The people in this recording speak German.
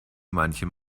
manchem